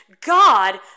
God